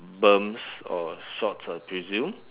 berms or shorts I presume